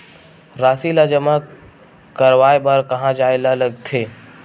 राशि ला जमा करवाय बर कहां जाए ला लगथे